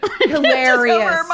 Hilarious